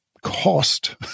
cost